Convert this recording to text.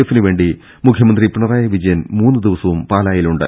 എഫിന് വേണ്ടി മുഖ്യമന്ത്രി പിണറായി വിജയൻ മൂന്ന് ദിവസ്വും പാലായിലുണ്ട്